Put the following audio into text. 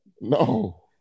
No